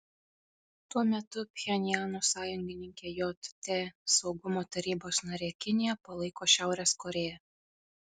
tuo metu pchenjano sąjungininkė jt saugumo tarybos narė kinija palaiko šiaurės korėją